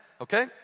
okay